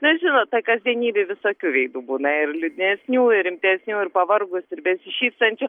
na žinot toj kasdienybėj visokių veidų būna ir liūdnesnių ir rimtesnių ir pavargusių ir besišypsančių